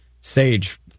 Sage